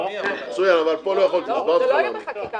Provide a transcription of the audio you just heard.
אבל פה לא יכולתי, הסברתי לך למה.